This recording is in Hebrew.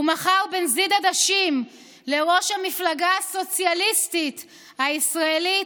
הוא מכר בנזיד עדשים לראש המפלגה הסוציאליסטית הישראלית,